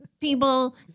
people